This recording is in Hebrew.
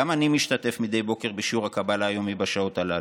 גם אני משתתף מדי בוקר בשיעור הקבלה היומי בשעות הללו,